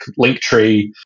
Linktree